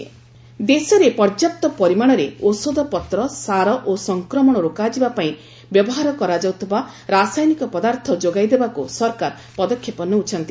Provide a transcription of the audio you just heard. ଗଭ୍ steps ଦେଶରେ ପର୍ଯ୍ୟାପ୍ତ ପରିମାଣରେ ଔଷଧପତ୍ର ସାର ଓ ସଂକ୍ରମଣ ରୋକାଯିବା ପାଇଁ ବ୍ୟବହାର କରାଯାଉଥିବା ରାସାୟନିକ ପଦାର୍ଥ ଯୋଗାଇଦେବାକୁ ସରକାର ପଦକ୍ଷେପ ନେଉଛନ୍ତି